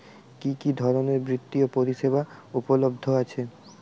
কি কি ধরনের বৃত্তিয় পরিসেবা উপলব্ধ আছে?